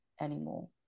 anymore